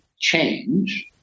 change